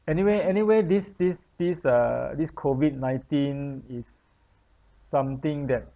anyway anyway this this this uh this COVID nineteen is something that